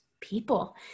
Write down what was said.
people